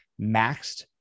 maxed